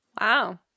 Wow